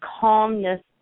calmness